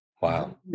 Wow